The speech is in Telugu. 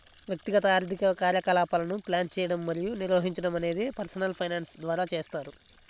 వ్యక్తిగత ఆర్థిక కార్యకలాపాలను ప్లాన్ చేయడం మరియు నిర్వహించడం అనేది పర్సనల్ ఫైనాన్స్ ద్వారా చేస్తారు